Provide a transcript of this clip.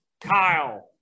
Kyle